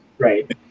Right